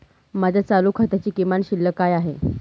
माझ्या चालू खात्याची किमान शिल्लक काय आहे?